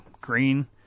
green